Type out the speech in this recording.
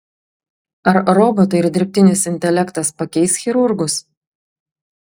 ar robotai ir dirbtinis intelektas pakeis chirurgus